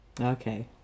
okay